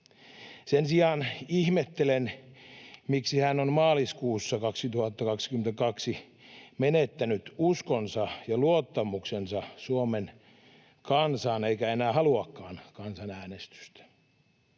Sen sijaan ihmettelen, miksi hän on maaliskuussa 2022 menettänyt uskonsa ja luottamuksensa Suomen kansaan eikä enää haluakaan kansanäänestystä.